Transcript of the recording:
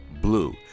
Blue